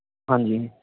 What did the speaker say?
ਹਾਂਜੀ